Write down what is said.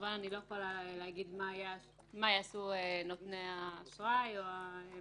כמובן אני לא יכולה להגיד מה יעשו נותני האשראי או המלווים,